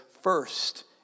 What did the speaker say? first